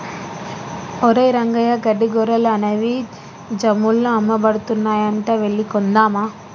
ఒరేయ్ రంగయ్య గడ్డి గొర్రెలు అనేవి జమ్ముల్లో అమ్మబడుతున్నాయంట వెళ్లి కొందామా